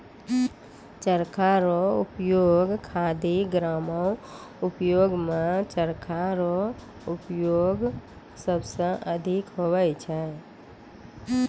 चरखा रो उपयोग खादी ग्रामो उद्योग मे चरखा रो प्रयोग सबसे अधिक हुवै छै